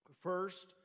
First